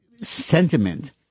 sentiment